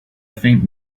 faint